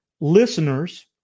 listeners